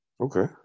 Okay